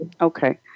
Okay